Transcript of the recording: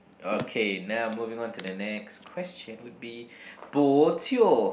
okay now moving onto the next question would be bo jio